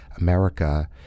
America